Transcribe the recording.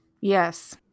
Yes